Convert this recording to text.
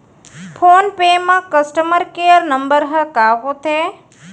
Phone पे म customer care number ह का होथे?